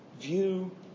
view